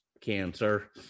cancer